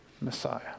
Messiah